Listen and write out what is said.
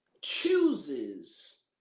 chooses